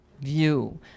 view